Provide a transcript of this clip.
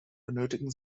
benötigten